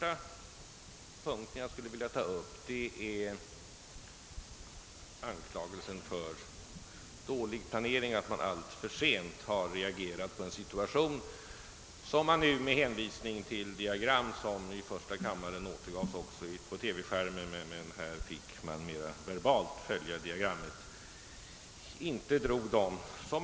Den punkt som jag först vill ta upp är anklagelsen för dålig planering, d.v.s. att Vattenfall alltför sent skulle ha reagerat i en situation, som beskrevs under hänvisning till ett diagram. I första kammaren återgavs detta på TV skärmarna medan det i denna kammare beskrevs verbalt.